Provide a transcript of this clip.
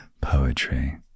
poetry